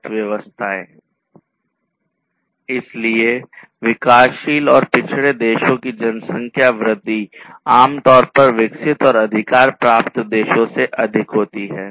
So the population growth of countries developing and disadvantage is typically greater than the population growth of the developed and advantaged countries इसलिए विकासशील और पिछड़े देशों की जनसंख्या वृद्धि आमतौर पर विकसित और अधिकार प्राप्त देशों से अधिक होती है